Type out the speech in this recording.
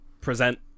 present